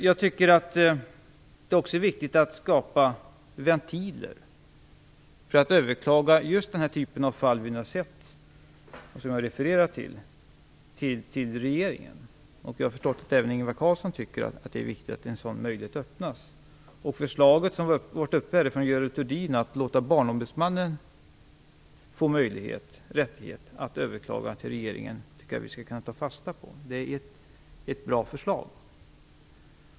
Jag tycker att det också är viktigt att skapa ventiler för att överklaga just den här typen av fall vi nu har sett, och som jag har refererat till, till regeringen. Jag har förstått att även Ingvar Carlsson tycker att det är viktigt att en sådan möjlighet öppnas. Det förslag som Görel Thurdin tog upp här, att låta Barnombudsmannen få möjlighet och rättighet att överklaga till regeringen, tycker jag att vi skulle kunna ta fasta på. Det är ett bra förslag.